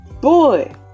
Boy